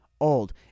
old